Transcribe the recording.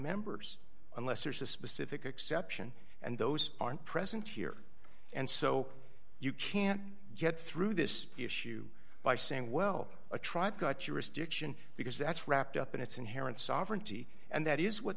nonmembers unless there's a specific exception and those aren't present here and so you can't get through this issue by saying well a tribe got you restriction because that's wrapped up in its inherent sovereignty and that is what